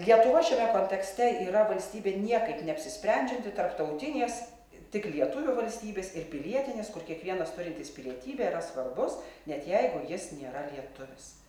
lietuva šiame kontekste yra valstybė niekaip neapsisprendžianti tarptautinės tik lietuvių valstybės ir pilietinės kur kiekvienas turintis pilietybę yra svarbus net jeigu jis nėra lietuvis